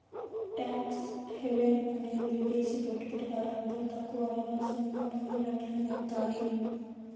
tax haven అనేది విదేశి పెట్టుబడిదారులపై తక్కువ లేదా సున్నా పన్నురేట్లను ఏత్తాది